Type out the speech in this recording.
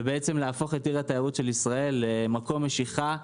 ובעצם להפוך את עיר התיירות של ישראל למקום משיכה,